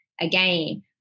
again